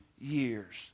years